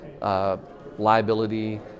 liability